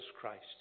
Christ